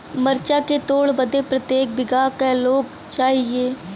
मरचा के तोड़ बदे प्रत्येक बिगहा क लोग चाहिए?